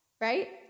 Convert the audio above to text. Right